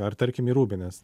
ar tarkim į rūbines